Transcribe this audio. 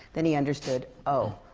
then he understood, oh.